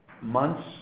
months